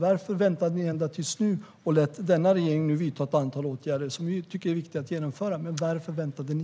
Varför väntade ni ända till nu och lät denna regering vidta ett antal åtgärder som vi tycker är viktiga att genomföra? Varför väntade ni?